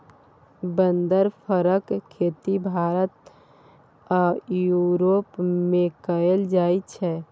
बदर फरक खेती भारत आ युरोप मे कएल जाइ छै